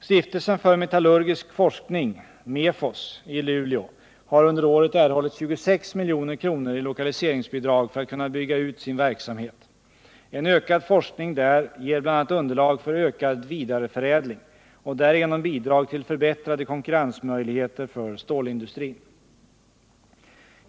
Stiftelsen för metallurgisk forskning i Luleå har under året erhållit 26 milj.kr. i lokaliseringsbidrag för att kunna bygga ut sin verksamhet. En ökad forskning där ger bl.a. underlag för ökad vidareförädling och därigenom bidrag till förbättrade konkurrensmöjligheter för stålindustrin.